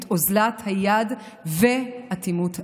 את אוזלת היד ואטימות הלב.